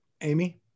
Amy